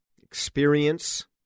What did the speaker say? experience